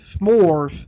S'mores